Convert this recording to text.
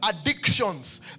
addictions